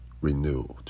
renewed